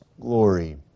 glory